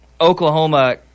Oklahoma –